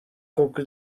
koko